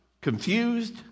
confused